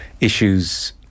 issues